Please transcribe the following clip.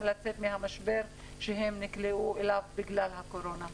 לצאת מהמשבר שנקלעו אליו בגלל הקורונה.